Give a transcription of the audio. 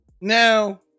Now